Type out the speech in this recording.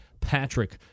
Patrick